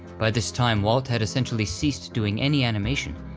by this time, walt had essentially ceased doing any animation,